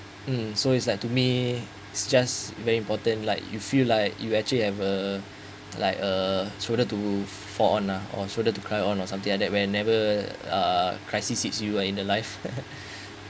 mm so it's like to me it's just very important like you feel like you actually have uh like uh shoulder to fall on lah or shoulder to cry on lah or something like that whenever uh crisis hits you uh in the life